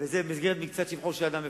וזה במסגרת מקצת שבחו של אדם בפניו.